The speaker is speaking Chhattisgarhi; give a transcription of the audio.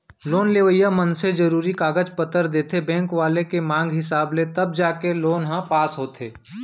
लोन लेवइया मनसे जरुरी कागज पतर देथे बेंक वाले के मांग हिसाब ले तब जाके लोन ह पास होथे